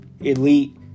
elite